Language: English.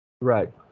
Right